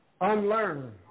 Unlearn